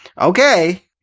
Okay